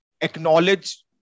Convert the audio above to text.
acknowledge